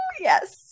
yes